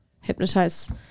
hypnotize